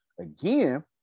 again